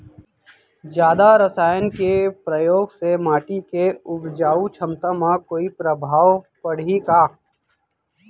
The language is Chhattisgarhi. जादा रसायन के प्रयोग से माटी के उपजाऊ क्षमता म कोई प्रभाव पड़ही का?